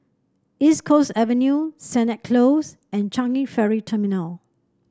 East Coast Avenue Sennett Close and Changi Ferry Terminal